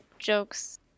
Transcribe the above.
Jokes